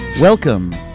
Welcome